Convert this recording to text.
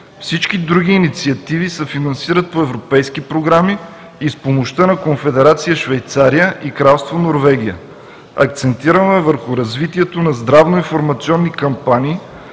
Всички други инициативи се финансират по европейски програми и с помощта на Конфедерация Швейцария и Кралство Норвегия. Акцентирано е върху развитието на здравно-информационни кампании